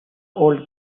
old